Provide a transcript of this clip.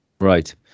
right